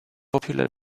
popular